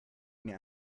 mir